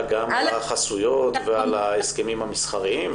גם על החסויות ועל ההסכמים המסחריים?